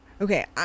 Okay